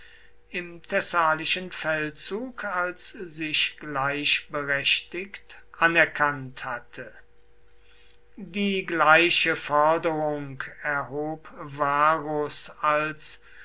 im thessalischen feldzug als sich gleichberechtigt anerkannt hatte die gleiche forderung erhob varus als